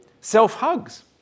self-hugs